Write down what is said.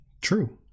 True